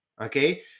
okay